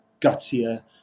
gutsier